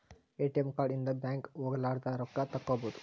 ATM card ಇಂದ bank ಹೋಗಲಾರದ ರೊಕ್ಕ ತಕ್ಕ್ಕೊಬೊದು